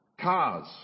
Cars